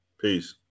Peace